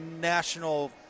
national